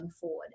forward